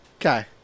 Okay